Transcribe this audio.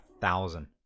thousand